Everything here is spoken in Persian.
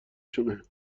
شونه